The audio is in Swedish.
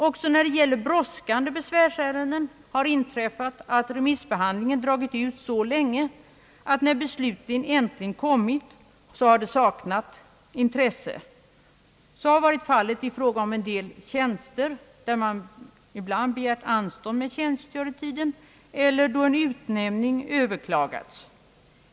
Också i brådskande besvärsärenden har det inträffat att remissbehandlingen dragit ut så länge, att när besluten äntligen kommit har de saknat intresse. Så har varit fallet i fråga om en del tjänster, vid begäran om anstånd med tjänstgöringstiden eller då en utnämning överklagats.